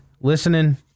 listening